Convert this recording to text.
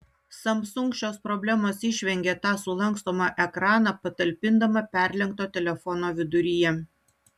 samsung šios problemos išvengė tą sulankstomą ekraną patalpindama perlenkto telefono viduryje